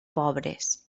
pobres